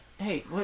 hey